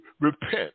repent